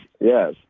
yes